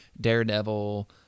Daredevil